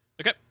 Okay